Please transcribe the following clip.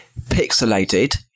pixelated